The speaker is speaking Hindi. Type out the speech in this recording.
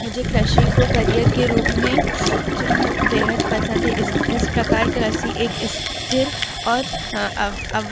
मुझे कृषि को करियर के रूप में चुनना बेहद पसंद है इस इस प्रकार कृषि एक स्थिर और अव अव